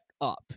up